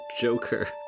joker